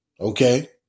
Okay